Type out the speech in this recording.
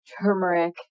turmeric